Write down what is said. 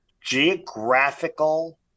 geographical